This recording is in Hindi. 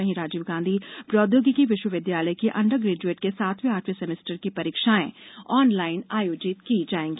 वहीं राजीव गांधी प्रौद्योगिकी विश्वविद्यालय की अंडर ग्रेजुएट के सातवें आठवें सेमेस्टर की परीक्षाएं ऑनलाइन आयोजित होंगी